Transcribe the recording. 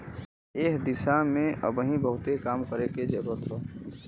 एह दिशा में अबहिन बहुते काम करे के जरुरत हौ